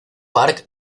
park